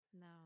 No